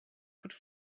could